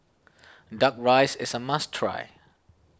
Duck Rice is a must try